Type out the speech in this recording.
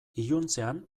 iluntzean